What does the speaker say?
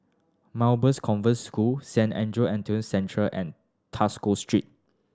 Convent School Saint Andrew Autism Centre and Tosca Street